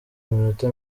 iminota